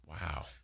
Wow